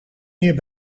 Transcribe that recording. meer